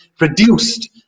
reduced